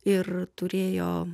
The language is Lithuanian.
ir turėjo